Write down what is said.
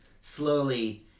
slowly